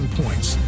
points